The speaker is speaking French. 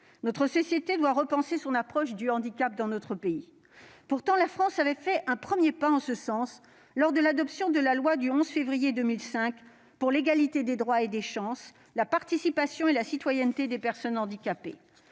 Notre société doit repenser son approche du handicap dans notre pays. Pourtant, la France avait fait un premier pas en ce sens lors de l'adoption de la loi du 11 février 2005 pour l'égalité des droits et des chances, la participation et la citoyenneté des personnes handicapées.